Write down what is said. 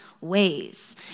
ways